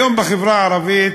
היום בחברה הערבית,